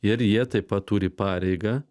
ir jie taip pat turi pareigą